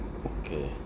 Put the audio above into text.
okay